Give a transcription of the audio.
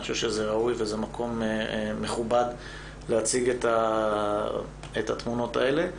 אני חושב שזה גם ראוי וזה גם מקום מכובד להציג את התמונות האלה.